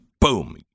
boom